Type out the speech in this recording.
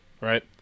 right